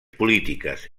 polítiques